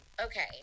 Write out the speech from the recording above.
okay